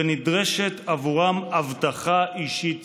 ונדרשת עבורם אבטחה אישית צמודה,